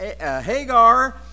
Hagar